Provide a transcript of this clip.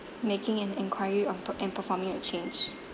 making an enquire or per~ and performing a change